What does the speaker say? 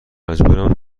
مجبورم